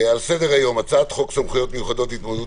על סדר היום הצעת חוק סמכויות מיוחדות להתמודדות